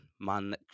man